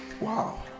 wow